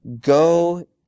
Go